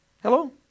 Hello